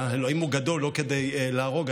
אלוהים הוא גדול לא כדי להרוג,